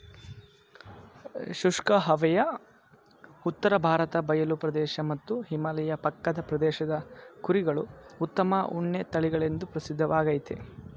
ಶುಷ್ಕ ಹವೆಯ ಉತ್ತರ ಭಾರತ ಬಯಲು ಪ್ರದೇಶ ಮತ್ತು ಹಿಮಾಲಯ ಪಕ್ಕದ ಪ್ರದೇಶದ ಕುರಿಗಳು ಉತ್ತಮ ಉಣ್ಣೆ ತಳಿಗಳೆಂದು ಪ್ರಸಿದ್ಧವಾಗಯ್ತೆ